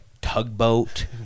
tugboat